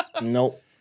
Nope